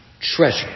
Treasure